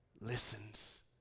listens